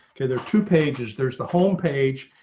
okay, there's two pages. there's the homepage.